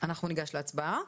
ניגש להצבעה.